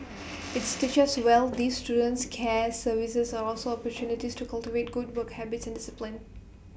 IT stitched well these students care services are also opportunities to cultivate good work habits and discipline